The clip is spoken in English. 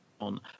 on